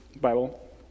Bible